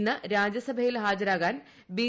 ഇന്ന് രാജ്യസഭയിൽ ഹാജരാകാൻ ബി